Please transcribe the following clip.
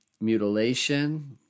mutilation